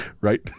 right